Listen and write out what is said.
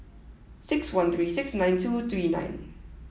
six one three six nine two three nine